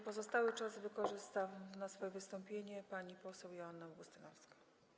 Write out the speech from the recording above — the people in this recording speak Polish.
Pozostały czas wykorzysta na swoje wystąpienie pani poseł Joanna Augustynowska.